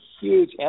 huge